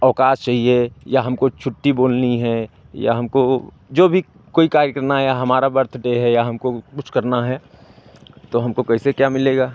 अवकाश चाहिए या हमको छुट्टी बोलनी है या हमको जो भी कोई कार्य करना है या हमारा बर्थडे है या हमको कुछ करना है तो हमको कैसे क्या मिलेगा